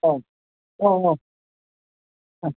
औ औ औ ओ